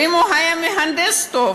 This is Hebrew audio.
ואם הוא היה מהנדס טוב,